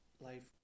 life